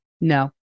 No